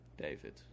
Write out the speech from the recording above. david